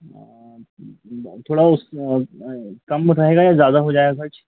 थोड़ा उस कम बताएगा या ज़्यादा हो जाएगा खर्च